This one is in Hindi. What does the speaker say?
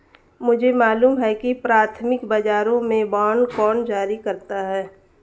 मुझे मालूम है कि प्राथमिक बाजारों में बांड कौन जारी करता है